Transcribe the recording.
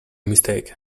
mistake